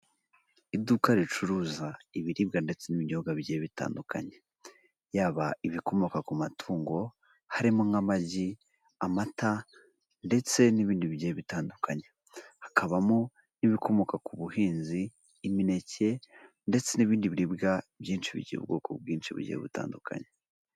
Iduka ricuruza ibiribwa ndetse n'inyobwa biye bitandukanye, yaba ibikomoka ku matungo harimo nk'amagi amata ndetse n'ibindi bigiye bitandukanye, hakabamo nk'ibikomoka ku buhinzi imineke ndetse n'ibindi biribwa byinshi bigira ubwoko bwinshi bugiye butandukanye.